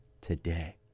today